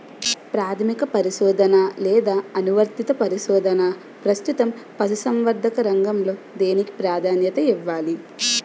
ప్రాథమిక పరిశోధన లేదా అనువర్తిత పరిశోధన? ప్రస్తుతం పశుసంవర్ధక రంగంలో దేనికి ప్రాధాన్యత ఇవ్వాలి?